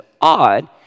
odd